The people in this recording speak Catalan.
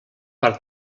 per